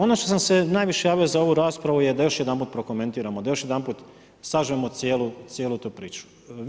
Ono što sam se najviše javio za ovu raspravu je da još jedanput prokomentiramo, da još jedanput sažmemo cijelu tu priču.